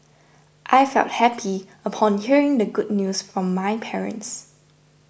I felt happy upon hearing the good news from my parents